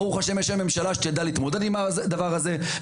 ברוך השם יש היום ממשלה שתדע להתמודד עם הדבר הזה,